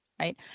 Right